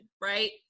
Right